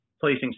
placing